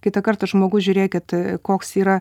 kitą kartą žmogus žiūrėkit koks yra